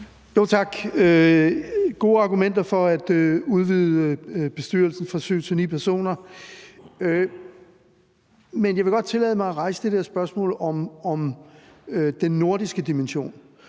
Det er gode argumenter for at udvide bestyrelsen fra 7 til 9 personer. Men jeg vil godt tillade mig at rejse det der spørgsmål om den nordiske dimension,